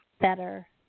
better